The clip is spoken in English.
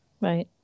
Right